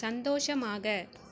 சந்தோஷமாக